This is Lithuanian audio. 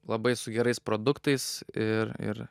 labai su gerais produktais ir ir